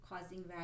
causing